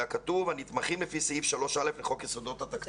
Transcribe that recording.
אלא כתוב הנתמכים לפי סעיף 3א לחוק יסודות התקציב.